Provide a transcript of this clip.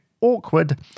Awkward